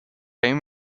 game